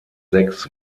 sechs